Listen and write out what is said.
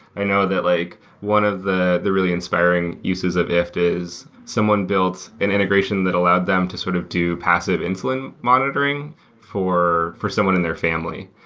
i know that like one of the the really inspiring uses of ifttt is someone builds an integration that allowed them to sort of do passive insulin monitoring for for someone in their family.